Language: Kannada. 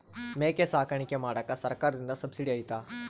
ಮೇಕೆ ಸಾಕಾಣಿಕೆ ಮಾಡಾಕ ಸರ್ಕಾರದಿಂದ ಸಬ್ಸಿಡಿ ಐತಾ?